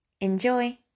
Enjoy